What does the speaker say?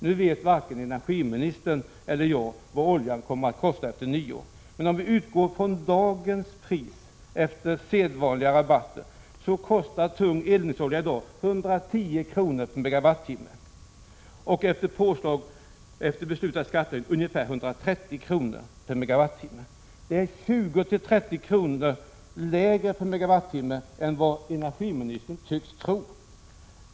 Nu vet varken energiministern eller jag vad oljan kommer att kosta efter nyår. Men i dagens läge är kostnaden efter sedvanliga rabatter ca 110 kr. MWh. Det är 20-30 kr./MWh lägre än vad energiministern tycks tro.